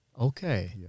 okay